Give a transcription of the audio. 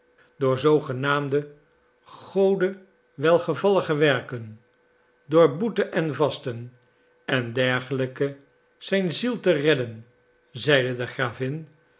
door zoogenaamde gode welgevallige werken door boete en vasten en dergelijke zijn ziel te redden zeide de gravin